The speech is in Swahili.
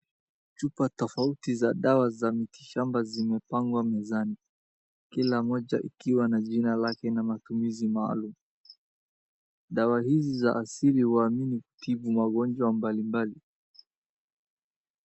Chupa tofauti za dawa za miti shamba zimepangwa mezani. Kila moja ikiwa na jina lake na matumizi maalum. Dawa hizi za asili huamini kutibu magonjwa mbalimbali.